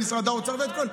ואת משרד האוצר ואת הכול,